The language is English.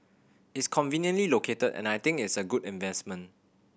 it's conveniently located and I think it's a good investment